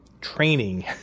training